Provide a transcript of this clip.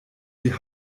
die